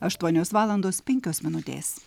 aštuonios valandos penkios minutės